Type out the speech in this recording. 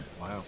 wow